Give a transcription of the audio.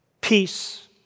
Peace